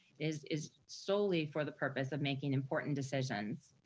is is solely for the purpose of making important decisions.